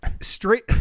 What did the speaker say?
straight